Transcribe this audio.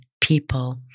people